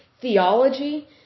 theology